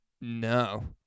no